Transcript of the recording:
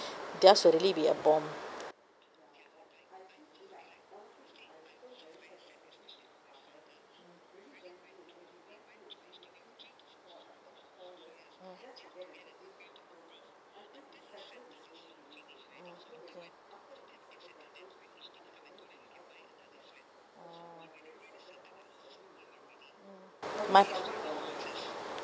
theirs will really be a bomb my